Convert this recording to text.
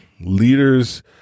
Leaders